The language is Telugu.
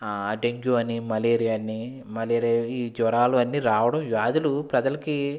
అ డెంగ్యూ అని మలేరియా అని మలేరియా అని జ్వరాలు రావడం వ్యాధులు ప్రజలకి